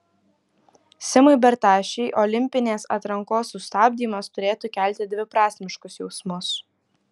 simui bertašiui olimpinės atrankos sustabdymas turėtų kelti dviprasmiškus jausmus